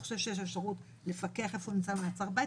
אתה חושב שיש אפשרות לפקח איפה הוא נמצא במעצר בית?